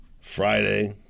Friday